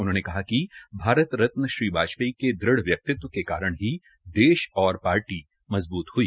उन्होंने कहा कि भारत रत्न श्री वाजपेयी के दृढ़ व्यक्तित्व के कारण ही देश और पार्टी मजबूत ह्ई